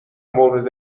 مورد